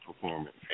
performance